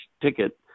ticket